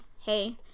Hey